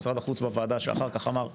משרד החוץ שאחר כך אמר בוועדה